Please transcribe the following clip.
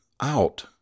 Out